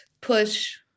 push